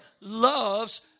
loves